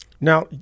Now